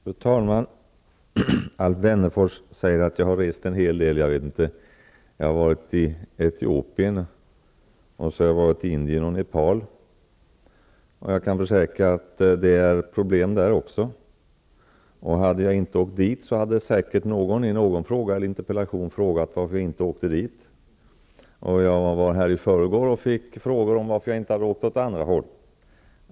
Fru talman! Alf Wennerfors säger att jag har rest en hel del. Jag har varit i Etiopien, Indien och Nepal. Jag kan försäkra att det finns problem också där. Hade jag inte åkt dit hade säkert någon i en fråga eller interpellation undrat varför jag inte har åkt dit. Jag var här i förrgår och fick frågor om varför jag inte hade åkt åt andra hållet.